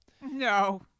No